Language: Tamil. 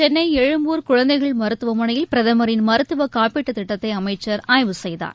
சென்னை எழும்பூர் குழந்தைகள் மருத்துவமனையில் பிரதமரின் மருத்துவ காப்பீட்டு திட்டத்தை அமைச்சர் ஆய்வு செய்தார்